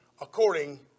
according